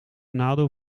nadeel